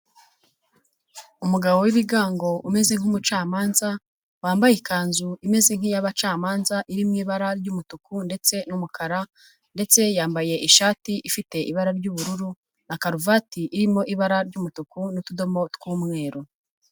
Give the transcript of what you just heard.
Umugabo w'ibigango umeze nk'umucamanza, wambaye ikanzu imeze nk'iy'abacamanza iri mu ibara ry'umutuku ndetse n'umukara ndetse yambaye ishati ifite ibara ry'ubururu na karuvati irimo ibara ry'umutuku n'utudomo tw'umweru.